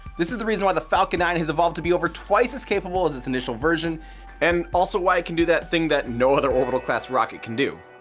this is the reason why the falcon nine has evolved to be over twice as capable as its initial version and also why it can do that thing that no other orbital class rocket can do,